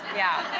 yeah.